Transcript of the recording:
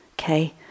okay